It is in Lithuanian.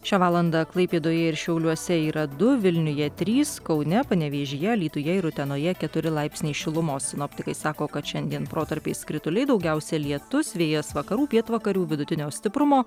šią valandą klaipėdoje ir šiauliuose yra du vilniuje trys kaune panevėžyje alytuje ir utenoje keturi laipsniai šilumos sinoptikai sako kad šiandien protarpiais krituliai daugiausia lietus vėjas vakarų pietvakarių vidutinio stiprumo